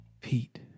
Pete